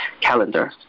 calendar